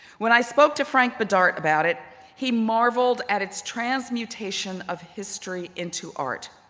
when i spoke to frank bidart about it, he marveled at its transmutation of history into art.